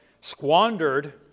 squandered